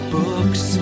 books